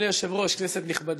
אדוני היושב-ראש, כנסת נכבדה,